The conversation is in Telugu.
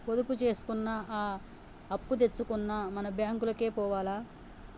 పొదుపు జేసుకున్నా, అప్పుదెచ్చుకున్నా మన బాంకులకే పోవాల